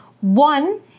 one